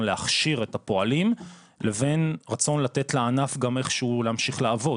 להכשיר את הפועלים לבין רצון לתת לענף גם איכשהו להמשיך לעבוד.